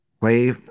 play